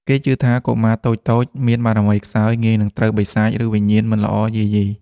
គេជឿថា កុមារតូចៗមានបារមីខ្សោយ ងាយនឹងត្រូវបិសាច ឬវិញ្ញាណមិនល្អយាយី។